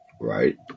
Right